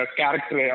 character